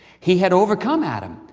he had overcome adam,